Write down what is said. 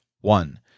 One